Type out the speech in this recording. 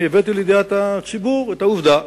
הבאתי לידיעת הציבור את העובדה